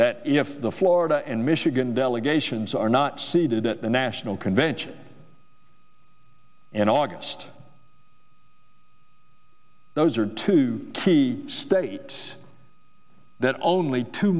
that if the florida and michigan delegations are not seated at the national convention in august those are two key states that only two